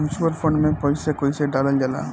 Mutual fund मे पईसा कइसे डालल जाला?